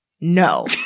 no